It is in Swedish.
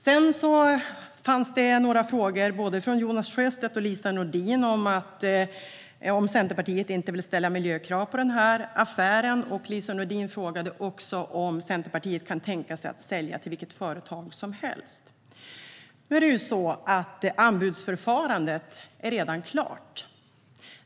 Det fanns några frågor från både Jonas Sjöstedt och Lise Nordin, om Centerpartiet inte vill ställa miljökrav på affären. Lise Nordin frågade också om Centerpartiet kan tänka sig att sälja till vilket företag som helst. Anbudsförfarandet är redan klart.